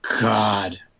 God